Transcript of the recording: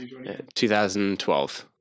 2012